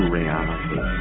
reality